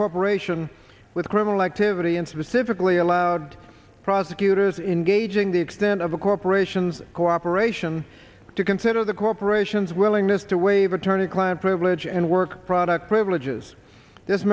corporation with criminal activity and specifically allowed prosecutors in gauging the extent of the corporation's cooperation to consider the corporations willing just to waive attorney client privilege and work product privileges this